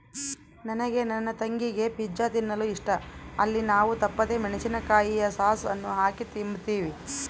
ನನಗೆ ನನ್ನ ತಂಗಿಗೆ ಪಿಜ್ಜಾ ತಿನ್ನಲು ಇಷ್ಟ, ಅಲ್ಲಿ ನಾವು ತಪ್ಪದೆ ಮೆಣಿಸಿನಕಾಯಿಯ ಸಾಸ್ ಅನ್ನು ಹಾಕಿ ತಿಂಬ್ತೀವಿ